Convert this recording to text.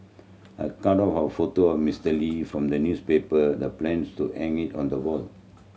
her cut out a photo of Mister Lee from the newspaper the plans to hang it on the wall